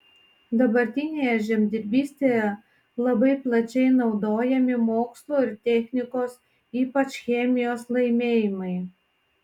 dabartinėje žemdirbystėje labai plačiai naudojami mokslo ir technikos ypač chemijos laimėjimai